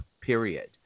period